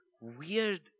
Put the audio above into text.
weird